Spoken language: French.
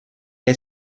est